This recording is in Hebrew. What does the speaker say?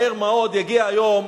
מהר מאוד יגיע היום